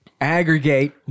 aggregate